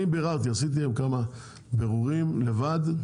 אני עשיתי היום כמה בירורים לבד,